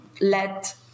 let